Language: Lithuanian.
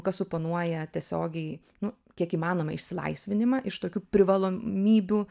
kas suponuoja tiesiogiai nu kiek įmanoma išsilaisvinimą iš tokių privalomybių